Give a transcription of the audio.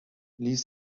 ließe